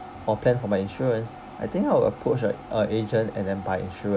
or plan for my insurance I think I will approach a uh agent and then buy insurance